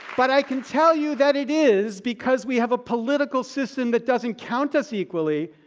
but i can tell you that it is because we have a political system that doesn't count us equally.